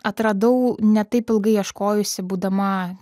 atradau ne taip ilgai ieškojusi būdama